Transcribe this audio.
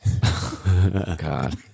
God